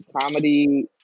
comedy